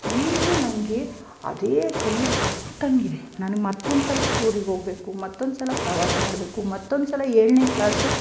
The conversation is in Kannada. ಈಗಲೂ ನನಗೆ ಅದೇ ಕಣ್ಣಲ್ಲಿ ಕಟ್ಟಂಗೆ ಇವೆ ನಾನು ಮತ್ತೊಂದು ಸಲ ಟೂರಿಗೆ ಹೋಗ್ಬೇಕು ಮತ್ತೊಂದು ಸಲ ಪ್ರವಾಸ ಮಾಡಬೇಕು ಮತ್ತೊಂದು ಸಲ ಏಳನೇ ಕ್ಲಾಸು